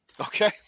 okay